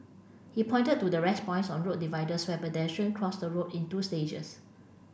he pointed to the rest points on road dividers where pedestrian cross the road in two stages